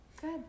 good